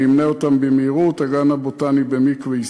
אני אמנה אותם במהירות: הגן הבוטני במקווה-ישראל,